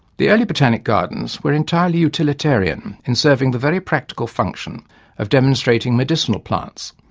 the early botanic gardens were entirely utilitarian in serving the very practical function of demonstrating medicinal plants,